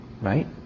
Right